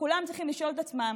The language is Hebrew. שכולם צריכים לשאול את עצמם,